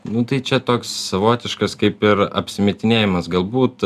nu tai čia toks savotiškas kaip ir apsimetinėjimas galbūt